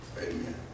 Amen